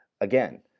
again